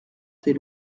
tes